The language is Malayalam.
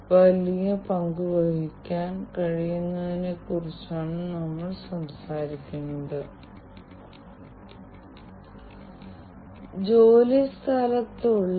ഈ ഐടി രീതികളുമായി ബന്ധപ്പെട്ട് ഓട്ടോമേഷൻ ഐടിയെ മാത്രം ആശ്രയിച്ചിരിക്കുന്നു ഇത് വളരെക്കാലമായി വീണ്ടും നിലവിലുണ്ട്